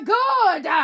good